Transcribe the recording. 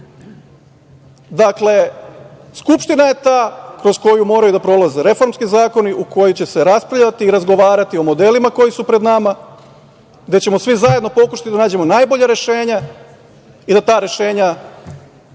zvao. Dakle, Skupština je ta kroz koju moraju da prolaze reformski zakoni, u kojoj će se raspravljati i razgovarati o modelima koji su pred nama, gde ćemo svi zajedno pokušati da nađemo najbolja rešenja i da ta rešenja